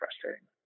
frustrating